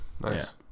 nice